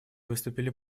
выступили